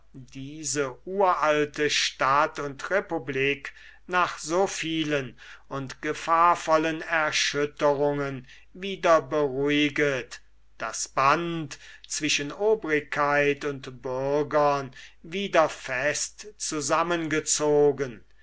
diese uralte stadt und republik nach so vielen und gefahrvollen erschütterungen wieder beruhiget das band zwischen obrigkeit und bürgern wieder fest zusammengezogen